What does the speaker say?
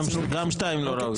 גם שתיים לא ראוי.